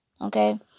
Okay